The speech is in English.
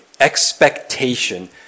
expectation